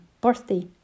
birthday